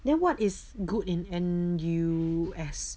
then what is good in N_U_S